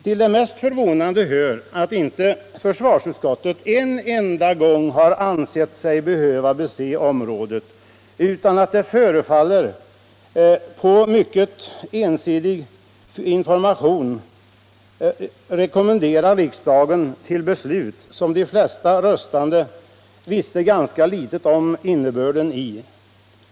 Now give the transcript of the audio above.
Till det mest förvånande hör att inte försvarsutskottet en enda gång har ansett sig behöva bese området utan, som det förefaller, på grundval av mycket ensidig information rekommenderar riksdagen ett beslut, vars innebörd de flesta röstande visste ganska litet om.